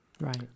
Right